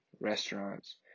restaurants